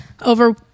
over